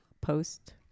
post